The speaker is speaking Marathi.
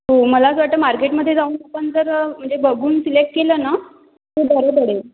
हो मला असं वाटतं मार्केटमध्ये जाऊन आपण जर म्हणजे बघून सिलेक्ट केलं ना तर बरं पडेल